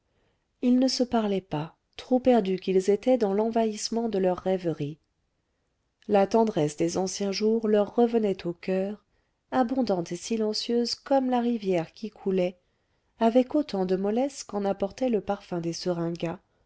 ils ne se parlaient pas trop perdus qu'ils étaient dans l'envahissement de leur rêverie la tendresse des anciens jours leur revenait au coeur abondante et silencieuse comme la rivière qui coulait avec autant de mollesse qu'en apportait le parfum des seringas